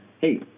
hey